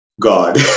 God